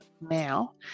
now